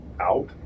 out